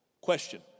Question